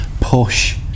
push